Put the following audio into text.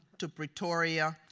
to pretoria,